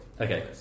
Okay